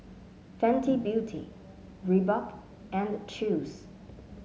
Fenty Beauty Reebok and Chew's